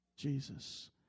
Jesus